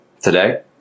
today